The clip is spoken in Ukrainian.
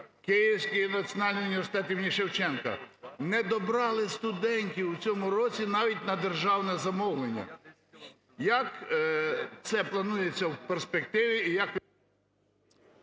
Київський національний університет імені Шевченка, не добрали студентів в цьому році навіть на державне замовлення. Як це планується в перспективі?